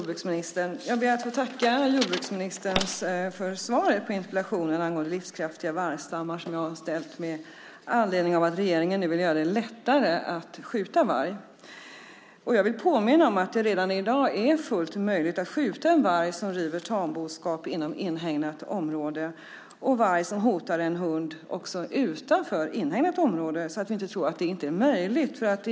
Fru talman! Jag ber att få tacka jordbruksministern för svaret på interpellationen om livskraftiga vargstammar, som jag har ställt med anledning av att regeringen nu vill göra det lättare att skjuta varg. Jag vill påminna om att det redan i dag är fullt möjligt att skjuta en varg som river tamboskap inom inhägnat område och varg som hotar en hund, också utanför inhägnat område, så vi ska inte tro att det inte är möjligt.